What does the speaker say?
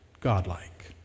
godlike